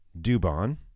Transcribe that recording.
Dubon